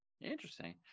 interesting